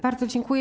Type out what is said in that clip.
Bardzo dziękuję.